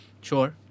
Sure